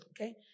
okay